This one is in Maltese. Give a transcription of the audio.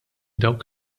dawk